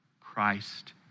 Christ